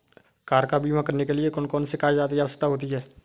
Car का बीमा करने के लिए कौन कौन से कागजात की आवश्यकता होती है?